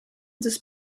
des